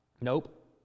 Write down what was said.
Nope